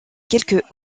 quelques